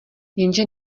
jenže